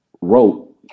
wrote